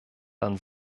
dann